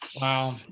Wow